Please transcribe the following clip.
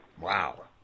Wow